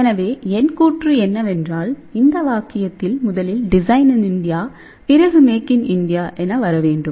எனவே என் கூற்று என்னவென்றால் இந்த வாக்கியத்தில் முதலில் டிசைன் இன் இந்தியா பிறகு மேக் இன் இந்தியா என வரவேண்டும்